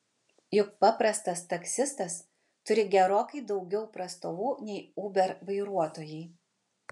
juk paprastas taksistas turi gerokai daugiau prastovų nei uber vairuotojai